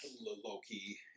Low-key